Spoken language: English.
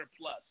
plus